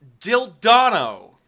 Dildano